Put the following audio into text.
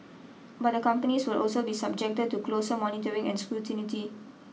but the companies will also be subjected to closer monitoring and scrutinity